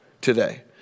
today